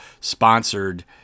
sponsored